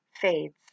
fades